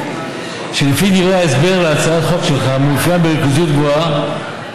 שלפי דברי ההסבר להצעת החוק שלך מאופיין בריכוזיות גבוהה.